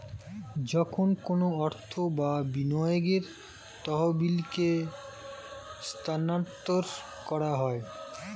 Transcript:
যখন কোনো অর্থ বা বিনিয়োগের তহবিলকে স্থানান্তর করা হয়